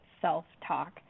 self-talk